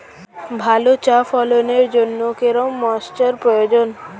ভালো চা ফলনের জন্য কেরম ময়স্চার প্রয়োজন?